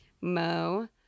Mo